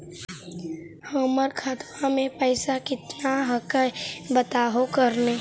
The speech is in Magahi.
हमर खतवा में पैसा कितना हकाई बताहो करने?